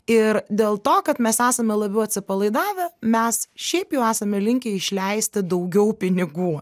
ir dėl to kad mes esame labiau atsipalaidavę mes šiaip jau esame linkę išleisti daugiau pinigų